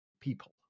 people